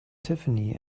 tiffany